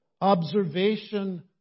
observation